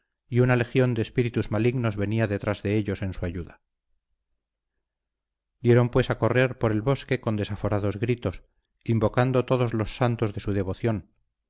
y una legión de espíritus malignos venía detrás de ellos en su ayuda dieron pues a correr por el bosque con desaforados gritos invocando todos los santos de su devoción